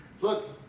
look